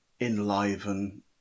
enliven